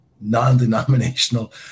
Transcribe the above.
non-denominational